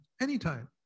anytime